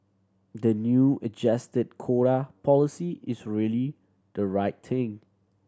the new adjusted quota policy is really the right thing